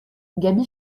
gaby